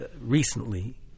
recently